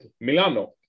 Milano